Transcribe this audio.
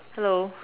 hello